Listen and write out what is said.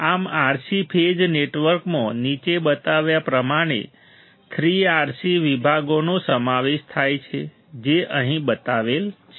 આમ RC phase નેટવર્કમાં નીચે બતાવ્યા પ્રમાણે 3 RC વિભાગોનો સમાવેશ થાય છે જે અહી બતાવેલ છે